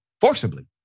forcibly